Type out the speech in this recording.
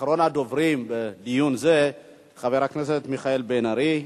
אחרון הדוברים בדיון זה הוא חבר הכנסת מיכאל בן-ארי.